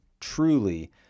truly